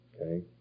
Okay